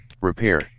Repair